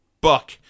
Buck